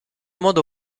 modo